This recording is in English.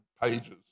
pages